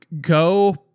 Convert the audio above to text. go